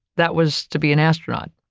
that was to be an astronaut.